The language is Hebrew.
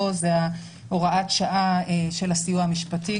הוראת שעה של הסיוע המשפטי,